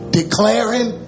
declaring